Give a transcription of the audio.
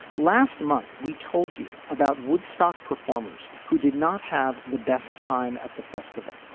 last month we told you about woodstock performers who did not have the best time at the festival.